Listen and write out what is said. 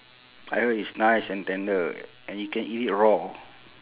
I heard it's nice and tender and you can eat it raw